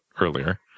earlier